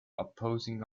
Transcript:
opposing